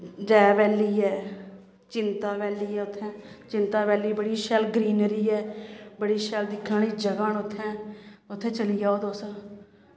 जै बैल्ली ऐ चिंता बैल्ली ऐ उत्थैं चिंता बैल्ली बड़ी शैल ग्रीनरी ऐ बड़ी शैल दिक्खने आह्लियां जगह् न उत्थें उत्थें चली जाओ तुस